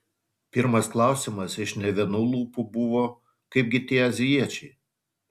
pirmas klausimas iš ne vienų lūpų buvo kaipgi tie azijiečiai